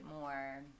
more